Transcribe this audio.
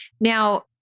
Now